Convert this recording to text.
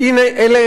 אלה הם האנשים,